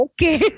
Okay